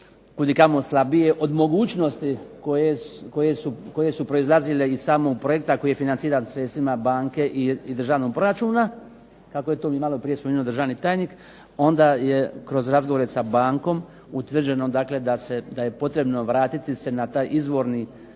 kud i kamo slabije od mogućnosti koje su proizlazile iz samog projekta koje je financirano sredstvima banke i državnog proračuna, kako je to malo prije spomenuo državni tajnik, onda je kroz razgovore sa bankom utvrđeno da je potrebno vratiti se na taj izvornu